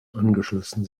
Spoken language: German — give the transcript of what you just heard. angeschlossen